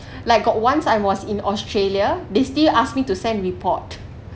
like got once I was in australia they still asked me to send report